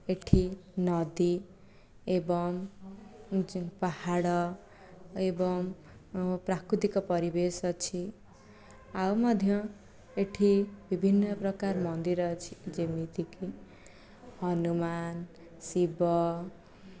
ଏଠି ନଦୀ ଏବଂ ପାହାଡ଼ ଏବଂ ପ୍ରାକୃତିକ ପରିବେଶ ଅଛି ଆଉ ମଧ୍ୟ ଏଠି ବିଭିନ୍ନ ପ୍ରକାର ମନ୍ଦିର ଅଛି ଯେମିତିକି ହନୁମାନ ଶିବ